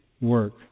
work